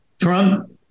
Trump